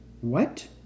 What